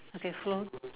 okay flow